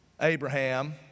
Abraham